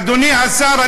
אדוני השר,